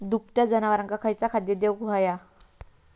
दुभत्या जनावरांका खयचा खाद्य देऊक व्हया?